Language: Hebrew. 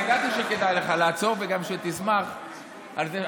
אני ידעתי שכדאי לך לעצור וגם שתשמח על זה.